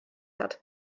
hat